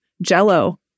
jello